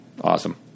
Awesome